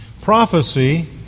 Prophecy